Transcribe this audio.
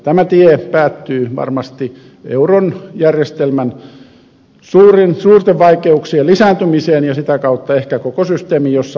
tämä tie päättyy varmasti euron järjestelmän suurten vaikeuksien lisääntymiseen ja sitä kautta ehkä koko systeemin romahtamiseen jossain vaiheessa